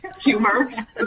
humor